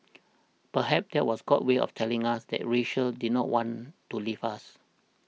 perhaps that was God's way of telling us that Rachel did not want to leave us